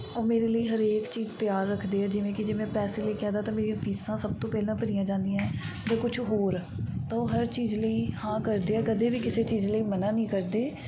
ਉਹ ਮੇਰੇ ਲਈ ਹਰੇਕ ਚੀਜ਼ ਤਿਆਰ ਰੱਖਦੇ ਆ ਜਿਵੇਂ ਕਿ ਜੇ ਮੈਂ ਪੈਸੇ ਲਈ ਕਹਿ ਦਵਾਂ ਤਾਂ ਮੇਰੀਆਂ ਫੀਸਾਂ ਸਭ ਤੋਂ ਪਹਿਲਾਂ ਭਰੀਆਂ ਜਾਂਦੀਆਂ ਜਾਂ ਕੁਛ ਹੋਰ ਤਾਂ ਉਹ ਹਰ ਚੀਜ਼ ਲਈ ਹਾਂ ਕਰਦੇ ਆ ਕਦੇ ਵੀ ਕਿਸੇ ਚੀਜ਼ ਲਈ ਮਨਾ ਨਹੀਂ ਕਰਦੇ